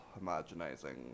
homogenizing